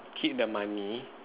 keep the money